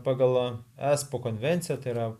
pagal espo konvencija tai yra